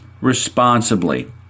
responsibly